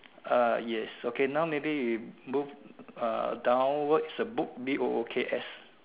ah yes okay now maybe you move ah downwards the book B O O K S